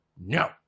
No